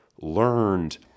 learned